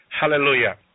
Hallelujah